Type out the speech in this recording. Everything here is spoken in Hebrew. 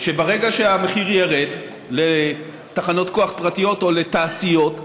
שברגע שהמחיר ירד לתחנות כוח פרטיות או לתעשיות,